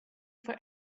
for